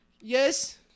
Yes